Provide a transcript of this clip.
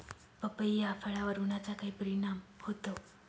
पपई या फळावर उन्हाचा काय परिणाम होतो?